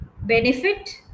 benefit